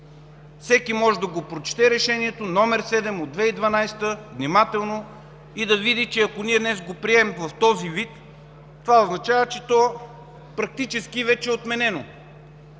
Всеки може да прочете Решение № 7 от 2012 г. внимателно и да види, че ако ние днес го приемем в този вид, това означава, че то практически вече е отменено.